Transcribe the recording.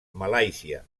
malàisia